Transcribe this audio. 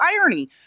irony